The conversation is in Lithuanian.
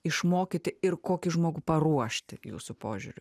išmokyti ir kokį žmogų paruošti jūsų požiūriu